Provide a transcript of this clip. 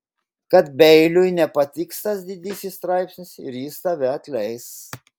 kad beiliui nepatiks tas didysis straipsnis ir jis tave atleis